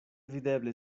videble